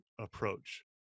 approach